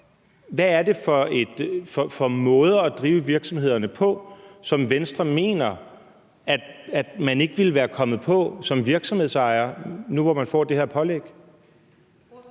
hvad er det for måder at drive virksomhederne på, som Venstre mener at man ikke ville være kommet på som virksomhedsejer nu, hvor man får det her pålæg?